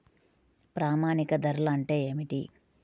ప్రామాణిక ధరలు అంటే ఏమిటీ?